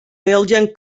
belgian